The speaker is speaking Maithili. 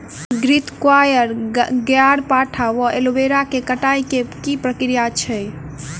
घृतक्वाइर, ग्यारपाठा वा एलोवेरा केँ कटाई केँ की प्रक्रिया छैक?